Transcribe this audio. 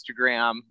Instagram